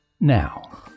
now